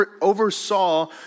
oversaw